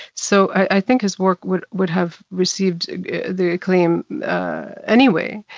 so, i think his work would would have received the acclaim anyway.